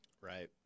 Right